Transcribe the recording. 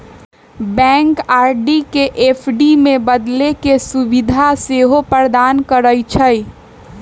bank RD के FD में बदले के सुभीधा सेहो प्रदान करइ छइ